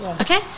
Okay